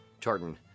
tartan